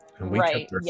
Right